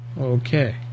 Okay